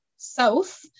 south